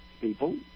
people